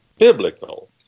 biblical